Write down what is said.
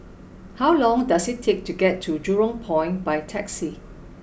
how long does it take to get to Jurong Point by taxi